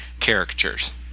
caricatures